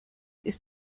ist